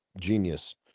genius